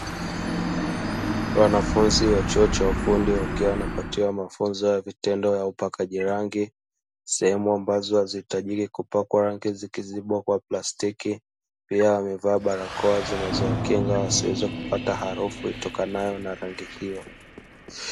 Wanafunzi wa chuo cha ufundi wakiwa wanapatiwa mafunzo ya vitendo ya upakaji rangi, sehemu ambazo hazihitaji kupakwa rangi zikizibwa kwa plastiki, pia wamevaa barakoa zinazowakinga wasiweze kupata harufu itokanayo na ranig hiyo.